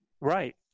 Right